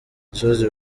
gisozi